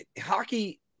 hockey